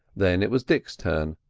then it was dick's turn,